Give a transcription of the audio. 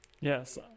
yes